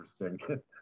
interesting